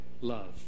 love